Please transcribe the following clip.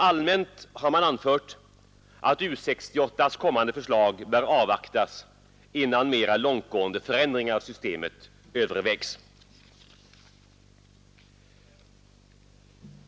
Allmänt har man anfört att U 68:s kommande förslag bör avvaktas innan mera långtgående förändringar i systemet övervägs.